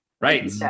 Right